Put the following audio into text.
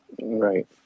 Right